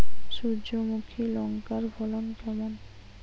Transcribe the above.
সূর্যমুখী লঙ্কার ফলন কেমন?